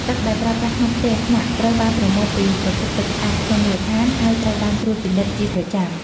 ទឹកដែលប្រើប្រាស់ក្នុងផ្ទះស្នាក់ត្រូវបានប្រមូលពី ប្រភពទឹកស្អាត ក្នុងមូលដ្ឋាន ហើយត្រូវបានត្រួតពិនិត្យជាប្រចាំ។